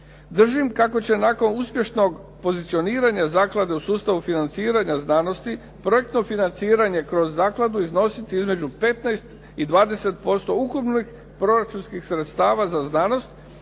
Držim kako će nakon uspješnog pozicioniranja zaklade u sustavu financiranja znanosti, projektno financiranje kroz zakladu iznositi između 15 i 20% ukupnih proračunskih sredstava za znanost